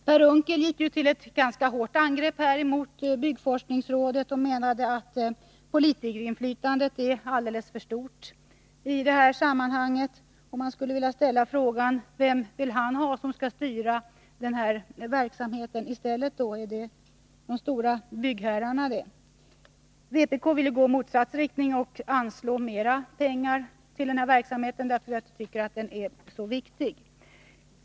Per Unckel gick till ett ganska hårt angrepp mot byggforskningsrådet och menade att politikerinflytandet är alldeles för stort i det här sammanhanget. Jag skulle vilja ställa frågan: Vem vill Per Unckel ha som skall styra verksamheten i stället? Är det de stora byggföretagen? Vpk vill gå i motsatt riktning och anslå mera pengar till den här verksamheten, därför att vi tycker att den är så viktig.